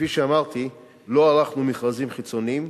כפי שאמרתי, לא ערכנו מכרזים חיצוניים,